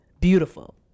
beautiful